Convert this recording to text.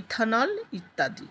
ethanol ইত্যাদি